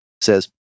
says